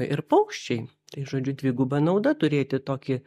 ir paukščiai tai žodžiu dviguba nauda turėti tokį